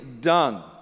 done